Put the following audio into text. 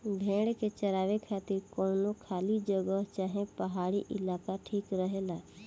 भेड़न के चरावे खातिर कवनो खाली जगह चाहे पहाड़ी इलाका ठीक रहेला